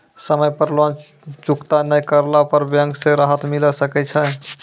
समय पर लोन चुकता नैय करला पर बैंक से राहत मिले सकय छै?